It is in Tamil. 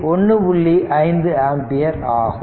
5 ஆம்பியர் ஆகும்